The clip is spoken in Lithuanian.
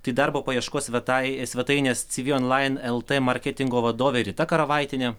tai darbo paieškos svetai svetainės ci vi onlain el t marketingo vadovė rita karavaitienė